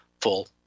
full